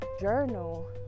journal